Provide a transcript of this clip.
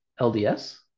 LDS